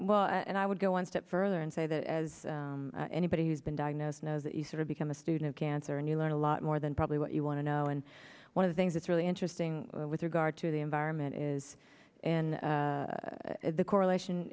to and i would go one step further and say that as anybody who's been diagnosed know that you sort of become a student of cancer and you learn a lot more than probably what you want to know and one of the things that's really interesting with regard to the environment is in the correlation